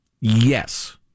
Yes